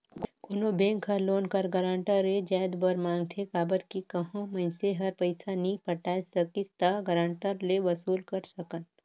कोनो बेंक हर लोन कर गारंटर ए जाएत बर मांगथे काबर कि कहों मइनसे हर पइसा नी पटाए सकिस ता गारंटर ले वसूल कर सकन